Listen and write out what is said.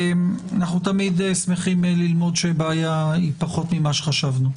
אנחנו תמיד שמחים ללמוד שהבעיה פחות ממה שחשבנו.